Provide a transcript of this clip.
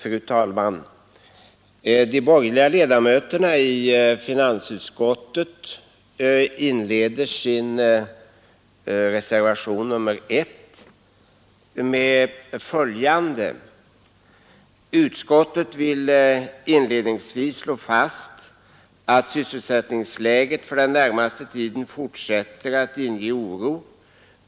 Fru talman! De borgerliga ledamöterna i finansutskottet inleder reservationen med följande ord: ”Utskottet vill inledningsvis slå fast att sysselsättningsläget för den närmaste tiden fortsätter att inge oro.